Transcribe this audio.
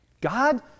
God